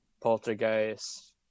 poltergeist